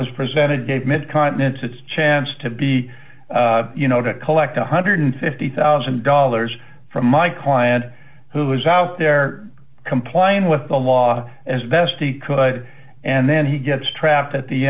was presented gave mid continent its chance to be you know to collect one hundred and fifty thousand dollars from my client who is out there complying with the law as best he could and then he gets trapped at the